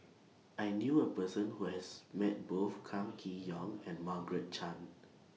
I knew A Person Who has Met Both Kam Kee Yong and Margaret Chan